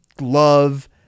love